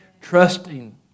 trusting